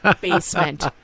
basement